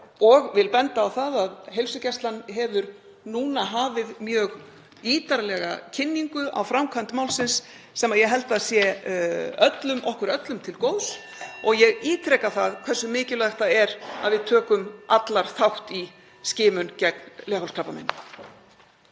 og vil benda á að heilsugæslan hefur núna hafið mjög ítarlega kynningu á framkvæmd málsins sem ég held að sé okkur öllum til góðs. (Forseti hringir.) Ég ítreka hversu mikilvægt það er að við tökum allar þátt í skimun gegn leghálskrabbameini.